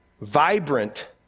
vibrant